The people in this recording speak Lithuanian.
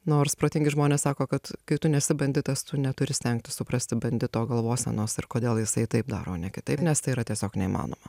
nors protingi žmonės sako kad kai tu nesi banditas tu neturi stengtis suprasti bandito galvosenos ir kodėl jisai taip daro o ne kitaip nes tai yra tiesiog neįmanoma